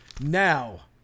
now